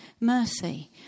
mercy